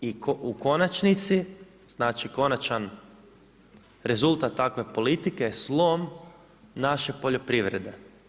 I u konačnici, znači konačan rezultat takve politike je slom naše poljoprivrede.